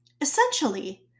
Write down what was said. Essentially